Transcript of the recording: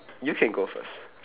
you can go first